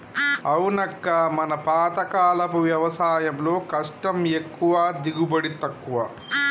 అవునక్క మన పాతకాలపు వ్యవసాయంలో కష్టం ఎక్కువ దిగుబడి తక్కువ